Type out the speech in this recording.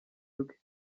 bwe